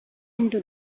into